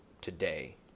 today